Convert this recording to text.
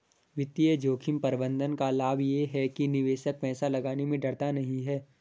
वित्तीय जोखिम प्रबंधन का लाभ ये है कि निवेशक पैसा लगाने में डरता नहीं है